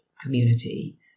community